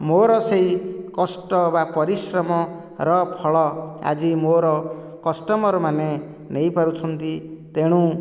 ମୋର ସେହି କଷ୍ଟ ବା ପରିଶ୍ରମର ଫଳ ଆଜି ମୋର କଷ୍ଟମର୍ ମାନେ ନେଇ ପାରୁଛନ୍ତି ତେଣୁ